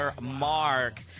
mark